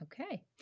Okay